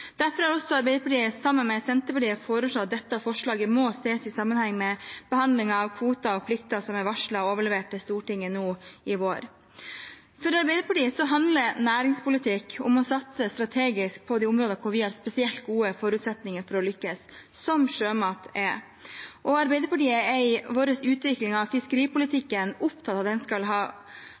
Derfor har også Arbeiderpartiet, sammen med Senterpartiet, foreslått at dette forslaget må ses i sammenheng med behandlingen av meldingen om kvoter og plikter som er varslet overlevert til Stortinget nå i vår. For Arbeiderpartiet handler næringspolitikk om å satse strategisk på de områdene hvor vi har spesielt gode forutsetninger for å lykkes, som sjømat. Arbeiderpartiet er i vår utvikling av fiskeripolitikken opptatt av at den skal ha